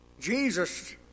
Jesus